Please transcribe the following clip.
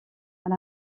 and